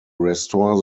restore